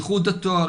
ייחוד התואר,